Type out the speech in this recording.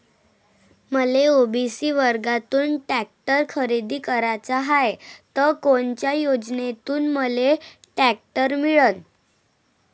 मले ओ.बी.सी वर्गातून टॅक्टर खरेदी कराचा हाये त कोनच्या योजनेतून मले टॅक्टर मिळन?